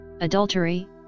adultery